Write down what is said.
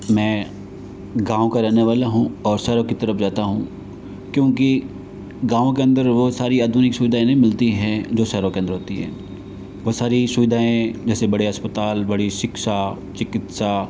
मैं गाँव का रहने वाला हूँ और शहरों की तरफ जाता हूँ क्योंकि गाँव के अंदर वो सारी आधुनिक सुविधाएं नहीं मिलती हैं जो शहरों के अंदर होती हैं वो सारी सुविधाएं जैसे बड़े अस्पताल बड़ी शिक्षा चिकित्सा